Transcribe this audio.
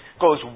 goes